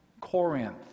Corinth